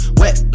wet